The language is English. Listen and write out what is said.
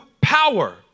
power